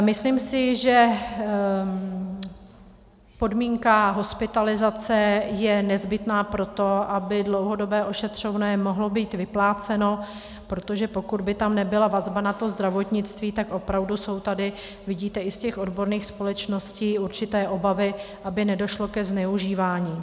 Myslím si, že podmínka hospitalizace je nezbytná pro to, aby dlouhodobé ošetřovné mohlo být vypláceno, protože pokud by tam nebyla vazba na zdravotnictví, tak opravdu jsou tady vidíte i z těch odborných společností i určité obavy, aby nedošlo ke zneužívání.